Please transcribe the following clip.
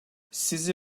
sizi